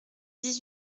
dix